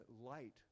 light